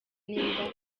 nimba